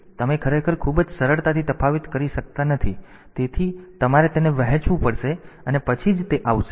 તેથી તમે ખરેખર ખૂબ જ સરળતાથી તફાવત કરી શકતા નથી તેથી તમારે તેને વહેંચવું પડશે અને પછી જ તે આવશે